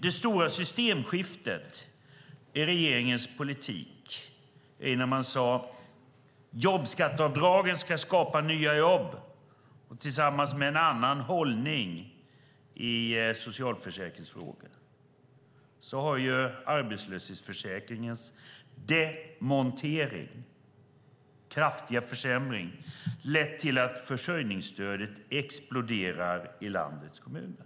Det stora systemskiftet i regeringens politik var när man sade: Jobbskatteavdragen ska skapa nya jobb. Tillsammans med en annan hållning i socialförsäkringsfrågorna har arbetslöshetsförsäkringens demontering, kraftiga försämring, lett till att försörjningsstödet exploderar i landets kommuner.